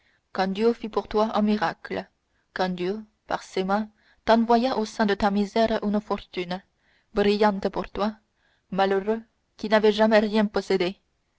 quand dieu fit pour toi un miracle quand dieu par mes mains t'envoya au sein de ta misère une fortune brillante pour toi malheureux qui n'avais jamais rien possédé